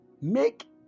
Make